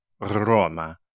Roma